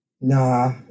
Nah